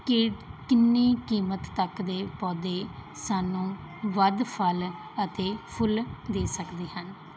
ਕਿ ਕਿੰਨੀ ਕੀਮਤ ਤੱਕ ਦੇ ਪੌਦੇ ਸਾਨੂੰ ਵੱਧ ਫਲ ਅਤੇ ਫੁੱਲ ਦੇ ਸਕਦੇ ਹਨ